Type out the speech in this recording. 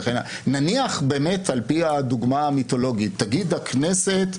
נניח באמת על פי הדוגמה המיתולוגית תגיד הכנסת: